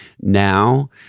Now